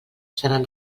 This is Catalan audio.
seran